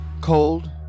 Cold